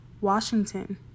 Washington